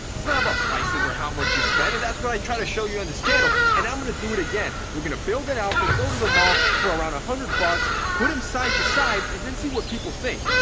it's not about prices or how much you spend, and that's what i try to show you on this channel and i'm gonna do it again. we're gonna build an outfit, go to the mall, for around one ah hundred bucks, put them side to side and then see what people think,